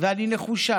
ואני נחושה.